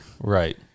Right